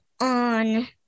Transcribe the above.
on